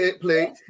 plate